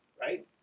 Right